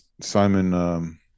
Simon